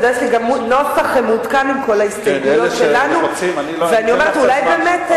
יש לי גם נוסח מעודכן עם כל ההסתייגויות שלנו ואולי באמת,